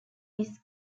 discs